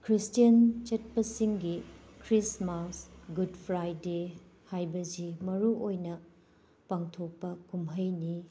Christian ꯆꯠꯄꯁꯤꯡꯒꯤ Christmas Good Friday ꯍꯥꯏꯕꯁꯤ ꯃꯔꯨ ꯑꯣꯏꯅ ꯄꯥꯡꯊꯣꯛꯄ ꯀꯨꯝꯍꯩꯅꯤ